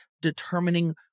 determining